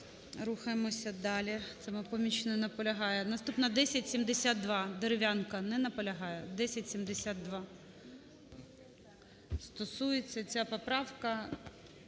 Рухаємося далі, "Самопоміч" не наполягає. Наступна 1072, Дерев'янко. Не наполягає? 1072. Стосується ця поправка